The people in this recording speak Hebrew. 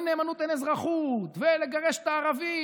נאמנות אין אזרחות" ו"לגרש את הערבים",